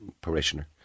parishioner